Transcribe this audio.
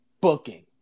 booking